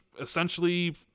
essentially